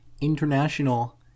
international